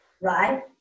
right